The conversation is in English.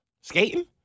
Skating